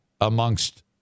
amongst